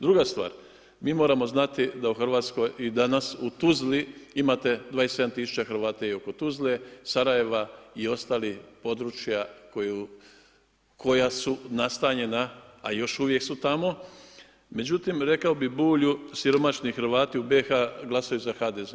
Druga stvar, mi moramo znati, da u Hrvatskoj i danas u Tuzli imate 27000 Hrvata i oko Tuzle, Sarajeva i ostalih područja koja su nastanjena a još uvijek su tamo, međutim, rekao bi Bulju, siromašni Hrvati u BIH glasaju za HDZ.